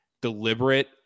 deliberate